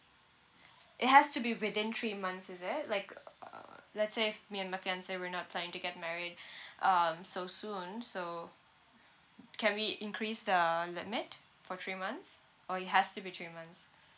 it has to be within three months is it like uh uh let's say f~ me and my fiance we're not planning to get married um so soon so can we increase the limit for three months or it has to be three months